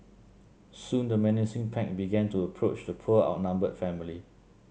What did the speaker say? soon the menacing pack began to approach the poor outnumbered family